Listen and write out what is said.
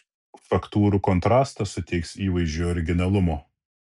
faktūrų kontrastas suteiks įvaizdžiui originalumo